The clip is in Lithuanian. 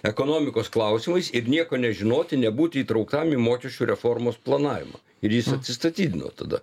ekonomikos klausimais ir nieko nežinoti nebūti įtrauktam į mokesčių reformos planavimą ir jis atsistatydino tada